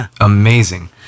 amazing